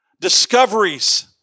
Discoveries